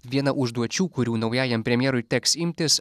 viena užduočių kurių naujajam premjerui teks imtis